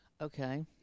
Okay